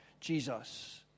Jesus